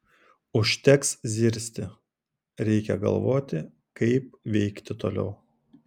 užteks zirzti reikia galvoti kaip veikti toliau